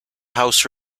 house